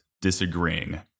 disagreeing